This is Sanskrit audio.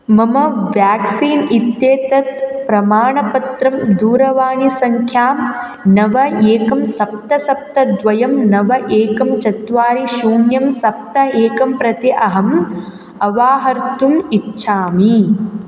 मम व्याक्सीन् इत्येतत् प्रमाणपत्रं दूरवाणिसङ्ख्यां नव एकं सप्त सप्त द्वयं नव एकं चत्वारि शून्यं सप्त एकं प्रति अहम् अवाहर्तुम् इच्छामि